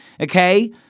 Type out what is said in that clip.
Okay